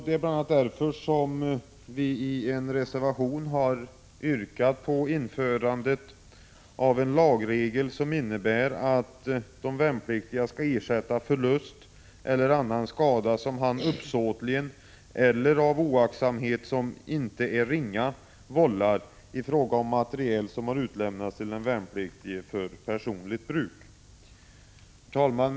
Det är bl.a. därför som vi i en reservation har yrkat på införandet av en lagregel, som innebär att värnpliktig skall ersätta förlust eller annan skada som han uppsåtligen eller av oaktsamhet som inte är ringa vållar i fråga om materiel som har utlämnats till honom för personligt bruk. Herr talman!